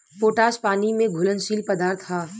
potash पानी में घुलनशील पदार्थ ह